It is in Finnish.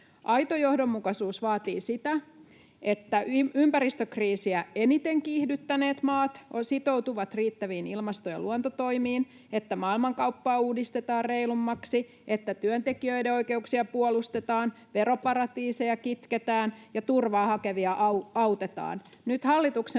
Aito johdonmukaisuus vaatii sitä, että ympäristökriisiä eniten kiihdyttäneet maat sitoutuvat riittäviin ilmasto- ja luontotoimiin, maailmankauppaa uudistetaan reilummaksi, työntekijöiden oikeuksia puolustetaan, veroparatiiseja kitketään ja turvaa hakevia autetaan. Nyt hallituksen